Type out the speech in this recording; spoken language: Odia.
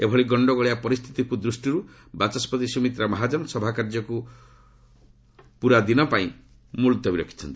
ଏଭଳି ଗଣ୍ଡଗୋଳିଆ ପରିସ୍ଥିତି ଦୃଷ୍ଟିରୁ ବାଚସ୍କତି ସୁମିତ୍ରା ମହାଜନ ସଭାକାର୍ଯ୍ୟକୁ ପୁରା ଦିନ ପାଇଁ ମୁଲତବୀ ରଖିଥିଲେ